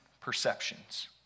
perceptions